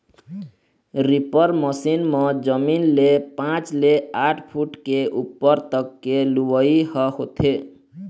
reaper machine म जमीन ले पाँच ले आठ फूट के उप्पर तक के लुवई ह होथे